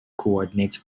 coordinates